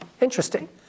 Interesting